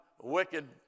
wicked